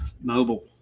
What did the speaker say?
Mobile